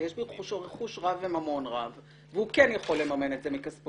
ויש לו רכוש רב וממון רב והוא כן יכול לממן את זה מכספו,